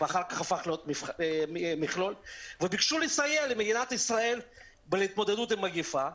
ואחר כך הפך להיות מכלול וביקשו לסייע למדינת ישראל בהתמודדות עם המגפה,